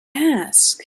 ask